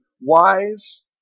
wise